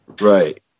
Right